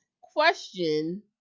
Question